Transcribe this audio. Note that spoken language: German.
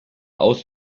aus